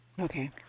Okay